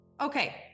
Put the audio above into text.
Okay